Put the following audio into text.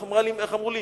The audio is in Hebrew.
איך אמרו לי?